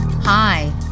Hi